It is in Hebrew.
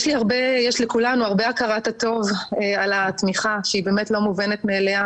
יש לכולנו הרבה הכרת הטוב על התמיכה שהיא באמת לא מובנת מאליה,